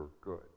good